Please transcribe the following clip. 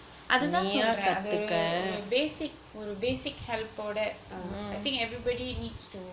அதுதான் சொல்றேன் அது ஒரு:athuthan solren athu oru basic ஒரு:oru basic help ஓட:oda ugh I think everybody needs to